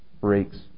breaks